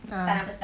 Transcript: ah